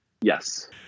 Yes